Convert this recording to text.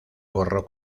gorro